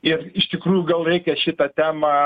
ir iš tikrųjų gal reikia šitą temą